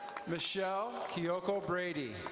michelle kyoko brady.